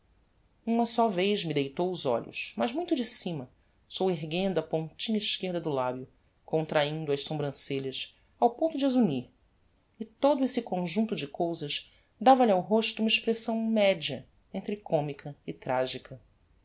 uma só vez me deitou os olhos mas muito de cima soerguendo a pontinha esquerda do labio contrahindo as sobrancelhas ao ponto de as unir e todo esse conjuncto de cousas dava-lhe ao rosto uma expressão media entre comica e tragica